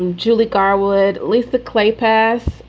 and julie carwood lisa clearpath,